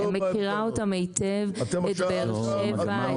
מכירה אותם היטב את באר שבע,